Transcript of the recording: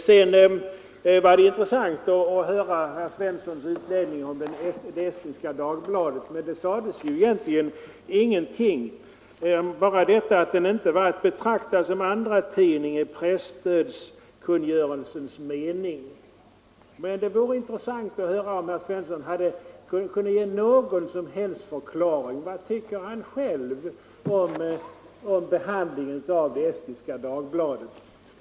Det var visserligen intressant att höra herr Svenssons utläggning om Estniska Dagbladet, men där sades egentligen ingenting mer än att den tidningen inte var att betrakta som andratidning i presstödkungörelsens mening. Det vore därför intressant att få höra om herr Svensson kunde ge någon som helst antydan om vad han själv tycker om behandlingen av Estniska Dagbladet?